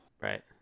Right